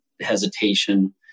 hesitation